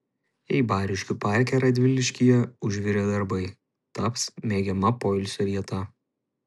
eibariškių parke radviliškyje užvirė darbai taps mėgiama poilsio vieta